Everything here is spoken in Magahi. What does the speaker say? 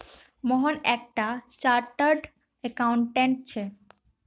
मोहन एक टा चार्टर्ड अकाउंटेंट छे